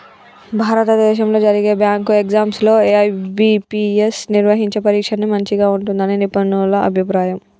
భారతదేశంలో జరిగే bank exams లో ఐ.బీ.పీ.ఎస్ నిర్వహించే పరీక్షనే మంచిగా ఉంటుందని నిపుణుల అభిప్రాయం